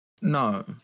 No